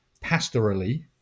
pastorally